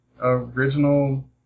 Original